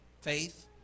Faith